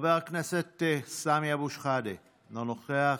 חבר הכנסת סמי אבו שחאדה, אינו נוכח.